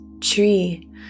tree